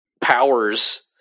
powers –